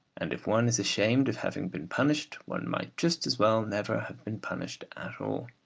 and if one is ashamed of having been punished, one might just as well never have been punished at all.